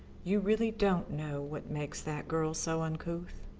you really don't know what makes that girl so uncouth?